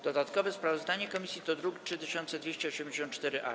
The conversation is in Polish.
Dodatkowe sprawozdanie komisji to druk nr 3284-A.